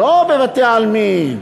לא בבתי-עלמין,